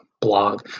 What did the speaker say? blog